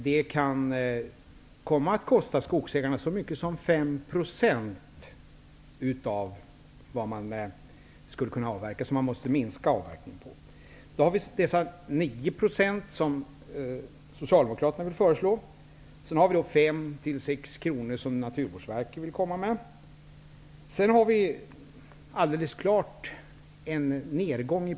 Det kan komma att kosta skogsägarna så mycket som 5 % av vad man skulle kunna avverka. Man måste alltså minska avverkningen. Socialdemokraterna vill föreslå 9 %. Naturvårdsverket vill föreslå 5--6 kronor.